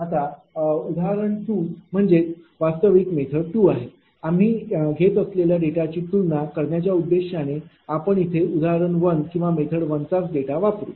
आता उदाहरण 2 म्हणजे वास्तविक मेथड 2 आहे आम्ही घेत असलेल्या डेटाची तुलना करण्याच्या उद्देशाने आपण इथे उदाहरण 1 किंवा मेथड 1 चा च डेटा वापरू